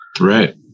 Right